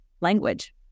language